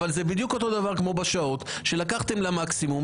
אבל זה בדיוק אותו דבר כמו בשעות שלקחתם למקסימום,